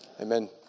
Amen